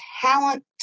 talent